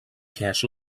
cash